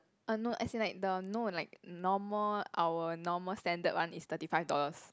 uh no as in like the no like normal hour normal standard one is thirty five dollars